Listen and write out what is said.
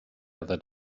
other